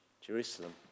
Jerusalem